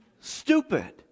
stupid